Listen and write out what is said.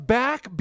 back